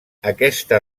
aquesta